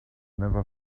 never